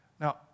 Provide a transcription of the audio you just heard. Now